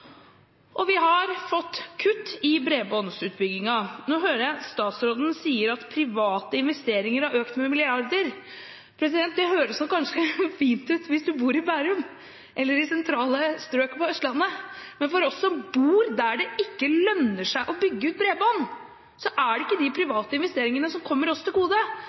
Vi har fått kutt i bredbåndsutbyggingen. Nå hører jeg statsråden sier at private investeringer har økt med milliarder. Det høres kanskje fint ut hvis en bor i Bærum eller i sentrale strøk på Østlandet, men for oss som bor der det ikke lønner seg å bygge ut bredbånd, er det ikke de private investeringene som kommer oss til gode.